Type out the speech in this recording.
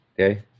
Okay